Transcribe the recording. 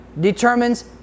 determines